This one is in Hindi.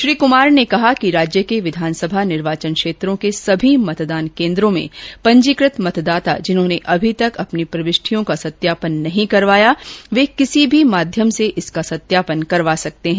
श्री कुमार ने कहा कि राज्य के विधानसभा निर्वाचन क्षेत्रों के सभी मतदान केन्द्रों में पंजीकृत मतदाता जिन्होंने अभी तक अपनी प्रविष्टियों का सत्यापन नहीं करवाया है वे किसी भी माध्यम से इनका सत्यापन करवा सकते हैं